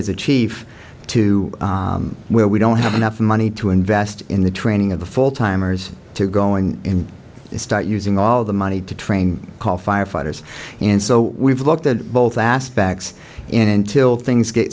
as a chief to where we don't have enough money to invest in the training of the full timers to going in and start using all the money to train call firefighters and so we've looked at both aspects in until things get